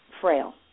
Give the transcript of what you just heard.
frail